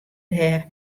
dêr